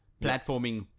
platforming